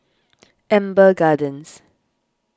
Amber Gardens